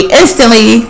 instantly